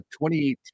2018